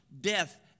death